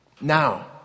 now